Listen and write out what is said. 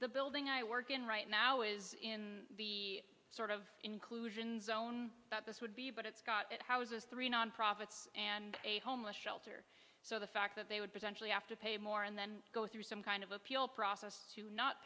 the building i work in right now is in the sort of inclusion zone that this would be but it's got it houses three non profits and a homeless shelter so the fact that they would potentially have to pay more and then go through some kind of appeal process to not